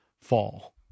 fall